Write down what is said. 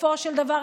בסופו של דבר,